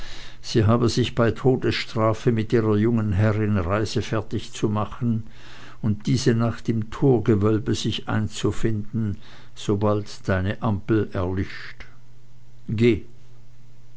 sie habe sich bei todesstrafe mit ihrer jungen herrin reisefertig zu machen und diese nacht im torgewölbe sich einzufinden sobald deine ampel erlischt geh